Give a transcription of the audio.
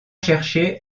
chercher